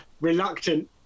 reluctant